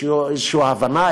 איזושהי הבנה,